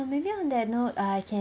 maybe on that note I can